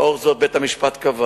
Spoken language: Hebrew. לאור זאת, בית-המשפט קבע